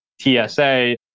TSA